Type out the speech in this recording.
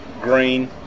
green